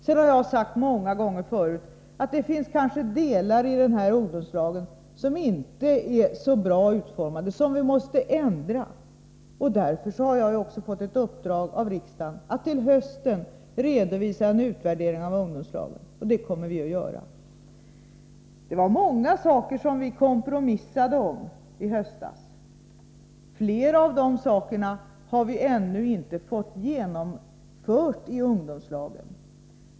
Men jag har många gånger förut sagt att det kanske finns delar i ungdomslagen som inte är så bra utformade, och som vi måste ändra på. Därför har jag också fått i uppdrag av riksdagen att till hösten redovisa en utvärdering av ungdomslagen. Det kommer vi att göra. Det var många saker vi kompromissade om i höstas. Flera av dem har vi ännu inte fått genomförda i ungdomslagen.